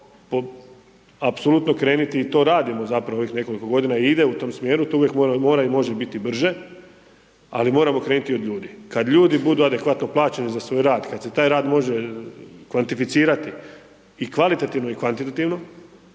apsolutno krenuti i to radimo zapravo već nekoliko godina i ide u tom smjeru, to uvijek mora i može biti brže. Ali moramo krenuti od ljudi. Kad ljudi budu adekvatno plaćeni za svoj rad, kad se taj rad može kvantificirati i kvalitativno i kvantitativno